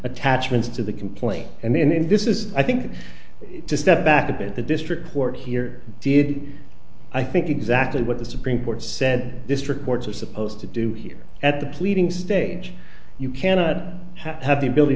attachments to the complaint and then this is i think to step back a bit the district court here did i think exactly what the supreme court said this records are supposed to do here at the pleading stage you cannot have the ability